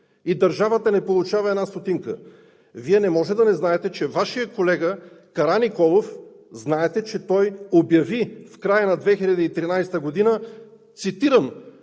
И държавата не получава една стотинка! Вие не може да не знаете, че Вашият колега Караниколов обяви в края на 2013 г., цитирам: